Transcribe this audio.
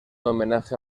homenaje